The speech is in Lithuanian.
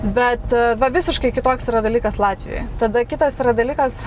bet va visiškai kitoks yra dalykas latvijoje tada kitas yra dalykas